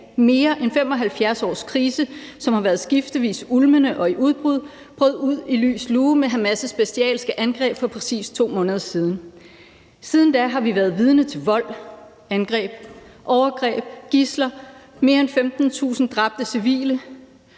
Mere end 75 års krise, som har været skiftevis ulmende og i udbrud, brød ud i lys lue med Hamas' bestialske angreb for præcis 2 måneder siden. Siden da har vi været vidne til vold, angreb, overgreb, gidsler, mere end 15.000 dræbte civile